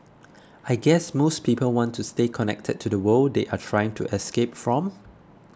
I guess most people want to stay connected to the world they are trying to escape from